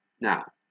Now